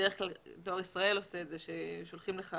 בדרך כלל דואר ישראל עושה את זה, שולחים לך